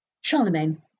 Charlemagne